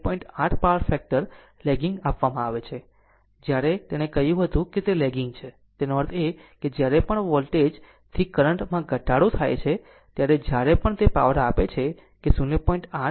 8 power factor lagging આપવામાં આવે છે જ્યારે તેણે કહ્યું કે લેગિંગ છે તેનો અર્થ એ કે જ્યારે પણ વોલ્ટેજ થી કરંટ માં ઘટાડો થાય છે ત્યારે જ્યારે પણ તે પાવર આપે છે કે 0